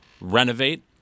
renovate